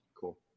Cool